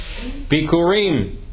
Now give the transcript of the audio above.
Bikurim